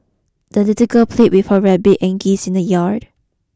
the little girl played with her rabbit and geese in the yard